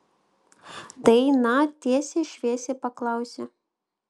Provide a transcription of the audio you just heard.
daina tiesiai šviesiai paklausė